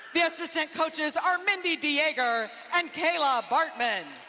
the assistant coaches are mindy deaiger and kayly bartman.